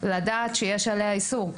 לדעת שיש עליה איסור?